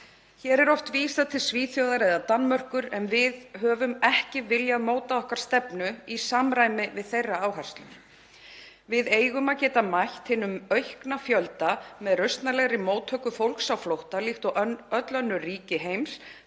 Hér er oft vísað til Svíþjóðar eða Danmerkur en við höfum ekki viljað mótað okkar stefnu í samræmi við þeirra áherslur. Við eigum að geta mætt hinum aukna fjölda með rausnarlegri móttöku fólks á flótta líkt og öll önnur ríki heims.